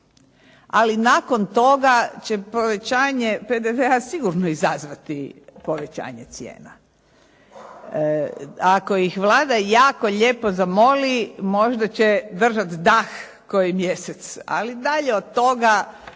ali nakon toga će povećanje PDV-a sigurno izazvati povećanje cijena. Ako ih Vlada jako lijepo zamoli možda će držati dah koji mjesec, ali dalje od toga